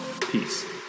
peace